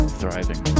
thriving